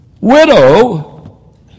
widow